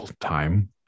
time